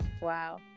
wow